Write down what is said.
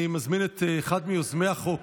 אני מזמין את אחד מיוזמי החוק,